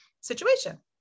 situation